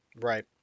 Right